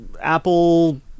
Apple